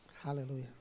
Hallelujah